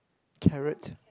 carrot